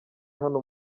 hano